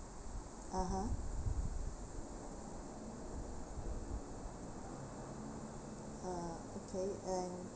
(uh huh) ah okay and